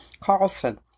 Carlson